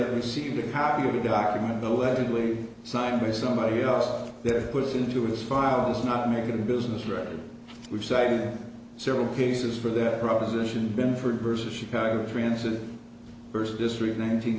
it received a copy of the document the allegedly signed by somebody else that puts into this file is not making business record we've cited several cases for that proposition been for versus chicago transit first district nine